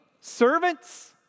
servants